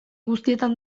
guztietan